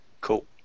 Cool